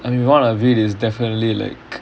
I mean one of it is definitely like